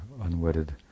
unwedded